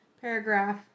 paragraph